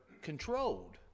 controlled